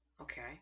Okay